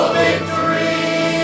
victory